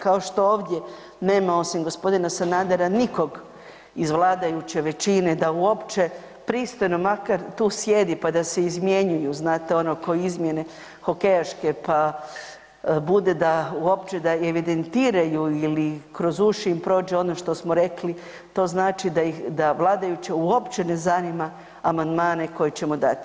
Kao što ovdje nema osim gospodina Sanadera nikog iz vladajuće većine da uopće pristojno makar tu sjedi pa da se izmjenjuju znate ono ko izmjene hokejaške pa da bude i uopće evidentiraju ili kroz uši im prođe ono što smo rekli, to znači da vladajuće uopće ne zanima amandmane koje ćemo dati.